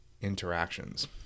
interactions